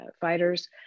fighters